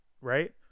right